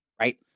right